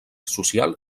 social